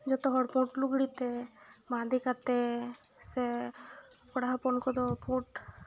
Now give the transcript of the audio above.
ᱡᱚᱛᱚ ᱦᱚᱲ ᱯᱩᱰ ᱞᱩᱜᱽᱲᱤ ᱛᱮ ᱵᱟᱸᱫᱮ ᱠᱟᱛᱮᱫ ᱥᱮ ᱠᱚᱲᱟ ᱦᱚᱯᱚᱱ ᱠᱚᱫᱚ ᱯᱩᱰ